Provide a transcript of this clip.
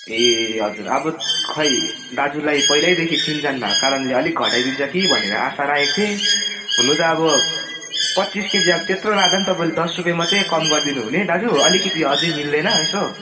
ए हजुर अब खै दाजुलाई पहिल्यैदेखि चिनजान भएको कारणले अलिक घटाइदिन्छ कि भनेर आशा राखेको थिएँ हुनु त अब पच्चिस केजी अब त्यत्रो लाँदा तपाईँले दस रुपियाँ मात्रै कम गरिदिनु हुने दाजु अलिकति अझै मिल्दैन यसो